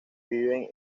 viven